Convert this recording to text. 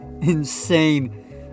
insane